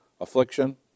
Affliction